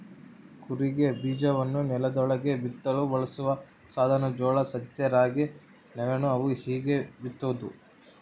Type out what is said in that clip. ಕೂರಿಗೆ ಬೀಜವನ್ನು ನೆಲದೊಳಗೆ ಬಿತ್ತಲು ಬಳಸುವ ಸಾಧನ ಜೋಳ ಸಜ್ಜೆ ರಾಗಿ ನವಣೆ ಅವು ಹೀಗೇ ಬಿತ್ತೋದು